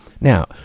Now